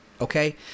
Okay